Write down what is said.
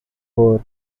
four